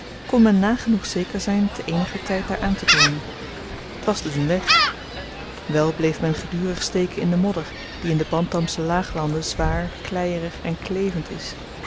kon men nagenoeg zeker zyn te eeniger tyd daar aantekomen t was dus een weg wel bleef men gedurig steken in den modder die in de bantamsche laaglanden zwaar kleierig en klevend is